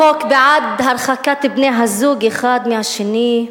חוק בעד הרחקת בני-זוג אחד מהשני,